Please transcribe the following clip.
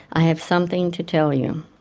i have something to tell you.